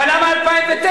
אבל למה 2009?